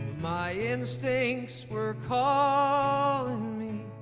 my instincts were calling um me